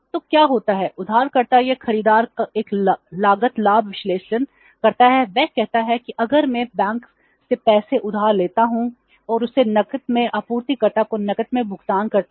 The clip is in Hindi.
तो क्या होता है उधारकर्ता या खरीदार एक लागत लाभ विश्लेषण करता है वह कहता है कि अगर मैं बैंक से पैसे उधार लेता हूं और उसे नकद में आपूर्तिकर्ता को नकद में भुगतान करता हूं